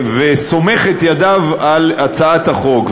וסומך את ידיו על הצעת החוק.